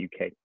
UK